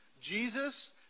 Jesus